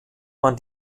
man